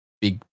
big